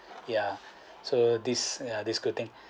ya so this yeah this good thing